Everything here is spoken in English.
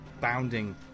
bounding